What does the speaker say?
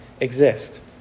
exist